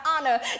honor